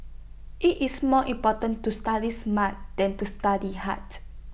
IT is more important to study smart than to study hard